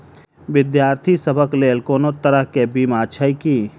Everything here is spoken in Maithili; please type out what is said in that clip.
विद्यार्थी सभक लेल कोनो तरह कऽ बीमा छई की?